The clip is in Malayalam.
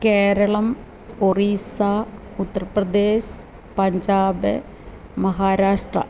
കേരളം ഒറീസ്സ ഉത്തർപ്രദേശ് പഞ്ചാബ് മഹാരാഷ്ട്ര